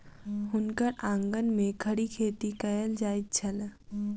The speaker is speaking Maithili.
हुनकर आंगन में खड़ी खेती कएल जाइत छल